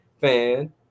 fan